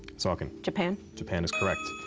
saucon. japan? japan is correct.